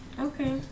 okay